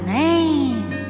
name